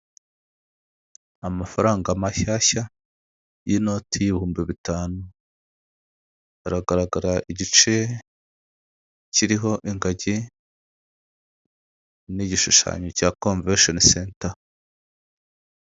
Amafaranga mashyashya y'inoti y'ibihumbi bitanu, aragaragara igice kiriho ingagi n'igishushanyo cya konveshoni senta.